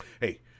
Hey